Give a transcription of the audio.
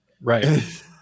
right